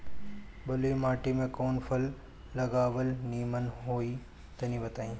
बलुई माटी में कउन फल लगावल निमन होई तनि बताई?